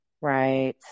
Right